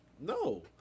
No